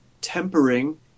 tempering